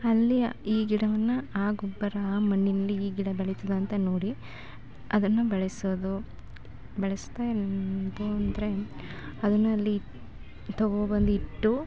ಅಲ್ಲಿ ಈ ಗಿಡವನ್ನು ಆ ಗೊಬ್ಬರ ಆ ಮಣ್ಣಿನಲ್ಲಿ ಈ ಗಿಡ ಬೆಳೀತದಾ ಅಂತ ನೋಡಿ ಅದನ್ನು ಬೆಳೆಸೋದು ಬೆಳೆಸ್ದೆ ಇದು ಅಂದರೆ ಅದನ್ನು ಅಲ್ಲಿ ತಗೊಂಡ್ಬಂದು ಇಟ್ಟು